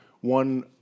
one